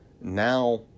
now